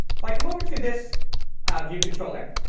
if i come over to this view controller,